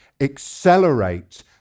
accelerate